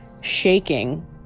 Shaking